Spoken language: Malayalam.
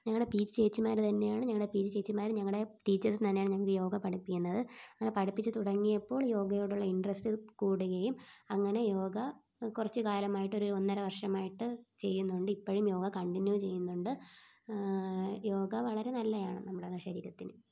ഞങ്ങളുടെ പി ജി ചേച്ചിമാർ തന്നെയാണ് ഞങ്ങളുടെ പി ജി ചേച്ചിമാർ ഞങ്ങളുടെ ടീച്ചേഴ്സ് തന്നെയാണ് ഞങ്ങൾക്ക് യോഗ പഠിപ്പിക്കുന്നത് അങ്ങനെ പഠിപ്പിച്ച് തുടങ്ങിയപ്പോൾ യോഗയോടുള്ള ഇൻട്രസ്റ്റ് കൂടുകയും അങ്ങനെ യോഗ കുറച്ച് കാലമായിട്ടൊരു ഒന്നര വർഷമായിട്ട് ചെയ്യുന്നുണ്ട് ഇപ്പോഴും യോഗ കണ്ടിന്യൂ ചെയ്യുന്നുണ്ട് യോഗ വളരെ നല്ലതാണ് നമ്മുടെ ശരീരത്തിന്